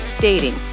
dating